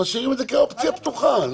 משאירים את זה כאופציה פתוחה.